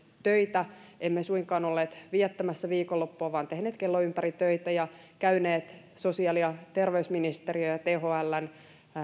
töitä emme suinkaan olleet viettämässä viikonloppua vaan olemme tehneet kellon ympäri töitä ja käyneet sosiaali ja terveysministeriön ja thln